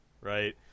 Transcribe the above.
right